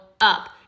up